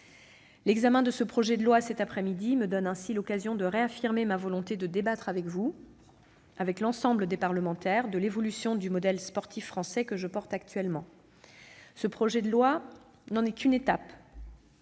L'examen du présent projet de loi m'offre l'occasion de réaffirmer ma volonté de débattre avec vous et avec l'ensemble des parlementaires de l'évolution du modèle sportif français que je porte actuellement. Ce texte n'en est qu'une étape.